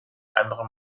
andere